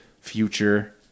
future